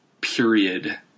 period